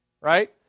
right